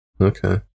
Okay